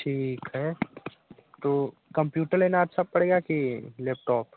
ठीक है तो कम्प्यूटर लेना अच्छा पड़ेगा की लपटॉप